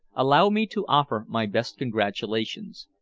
allow me to offer my best congratulations.